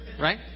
right